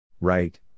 Right